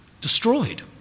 Destroyed